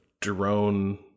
drone